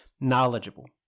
knowledgeable